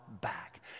back